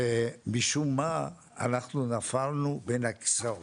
ומשום מה נפלנו בין הכיסאות.